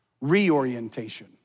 reorientation